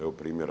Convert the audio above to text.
Evo primjera.